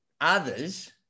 others